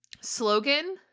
slogan